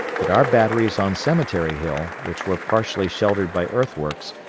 but our batteries on cemetery hill, which were partially sheltered by earthworks,